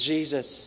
Jesus